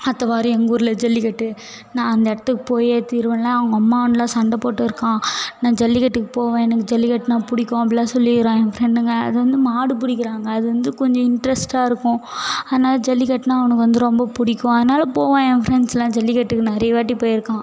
அடுத்த வாரம் எங்கள் ஊரில் ஜல்லிக்கட்டு நான் அந்த இடத்துக்கு போய் தீர்வேன்லாம் அவங்க அம்மாவாண்டலாம் சண்டை போட்டு இருக்கான் நான் ஜல்லிக்கட்டுக்கு போவேன் எனக்கு ஜல்லிக்கட்டுனா பிடிக்கும் அப்படிலாம் சொல்லிருக்கிறான் என் ஃப்ரெண்டுங்க அது வந்து மாடு பிடிக்கிறாங்க அது வந்து கொஞ்சம் இன்டெர்ஸ்ட்டாக இருக்கும் அதனால ஜல்லிக்கட்டுனா அவனுக்கு வந்து ரொம்ப பிடிக்கும் அதனால போவான் என் ஃப்ரண்ட்ஸ்லாம் ஜல்லிக்கட்டுக்கு நிறைய வாட்டி போயிருக்கான்